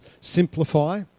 Simplify